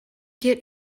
get